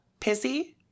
pissy